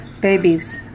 babies